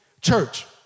Church